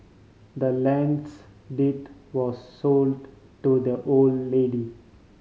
the land's deed was sold to the old lady